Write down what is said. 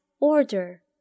order